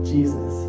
Jesus